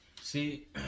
See